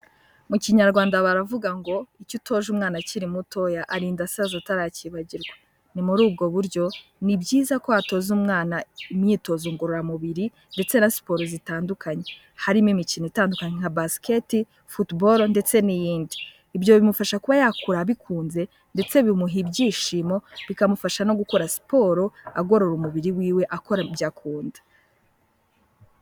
Mu kinyarwanda baravuga ngo: "Icyo utoje umwana akiri mutoya, arinda asaza ataracyibagirwa". Ni muri ubwo buryo, ni byiza ko watoza umwana imyitozo ngororamubiri ndetse na siporo zitandukanye. Harimo imikino itandukanye nka basiketi, futuboro ndetse n'iyindi. Ibyo bimufasha kuba yakura abikunze, ndetse bimuha ibyishimo, bikamufasha no gukora siporo, agorora umubiri wiwe akora ibyo akunda.